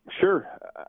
Sure